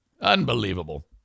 Unbelievable